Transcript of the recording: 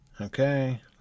okay